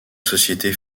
société